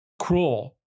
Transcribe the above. cruel